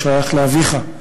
הוא שייך לאביך,